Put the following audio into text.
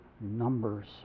numbers